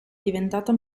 diventata